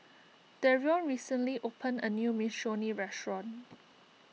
Darion recently opened a new Minestrone restaurant